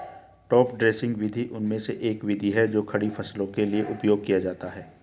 top dressing विधि उनमें से एक विधि है जो खड़ी फसलों के लिए उपयोग किया जाता है